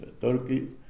Turkey